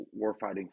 warfighting